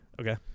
Okay